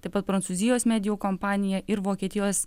taip pat prancūzijos medijų kompanija ir vokietijos